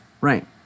Right